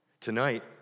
Tonight